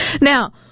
Now